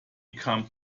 kam